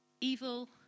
evil